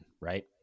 right